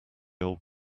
old